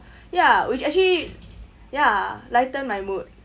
ya which actually ya lighten my mood